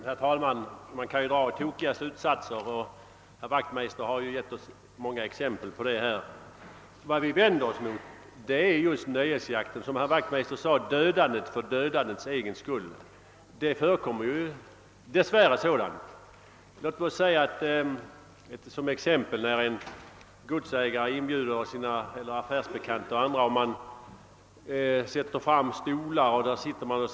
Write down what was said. Herr talman! Det är lätt att dra befängda slutsatser, och herr Wachtmeister har lämnat många exempel på sådana. Vad vi motionärer vänder oss mot är nöjesjakten eller, såsom herr Wachtmeister sade, dödandet för dödandets egen skull. Det förekommer dess värre sådant. Det händer till exempel att en godsägare inbjuder affärsbekanta och andra till att bedriva jakt från stolar som sätts fram i markerna.